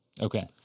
okay